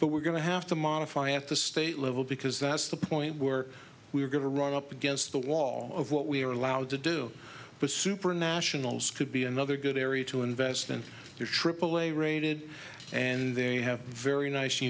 but we're going to have to modify at the state level because that's the point where we're going to run up against the wall of what we are allowed to do with super nationals could be another good area to invest in your aaa rated and they have very nice sh